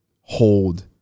hold